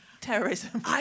terrorism